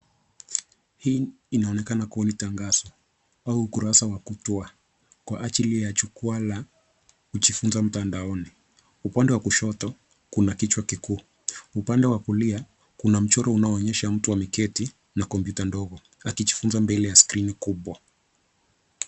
Hii inaonekana kua ni tangazo au ukurasa wa kutua kwa ajili ya jukwaa la kujifunza mtandaoni. Upande wa kushoto kuna kichwa kikuu. Upande wa kulia kuna mchoro unaoonyesha mtu ameketi na kompyuta ndogo akijifunza mbele ya skrini kubwa.